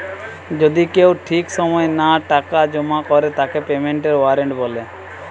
যদি কেউ ঠিক সময় টাকা না জমা করে তাকে পেমেন্টের ওয়ারেন্ট বলে